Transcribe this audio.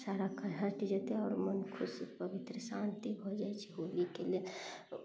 साराक हटि जेतय आओर मोन खुशी पवित्र शान्ति भऽ जाइ छै होलीके लेल